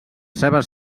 seves